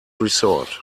resort